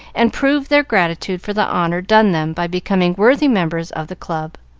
and proved their gratitude for the honor done them by becoming worthy members of the club.